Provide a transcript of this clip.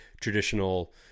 traditional